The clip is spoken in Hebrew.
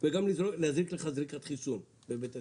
וגם להזריק לך זריקת חיסון בבית הספר.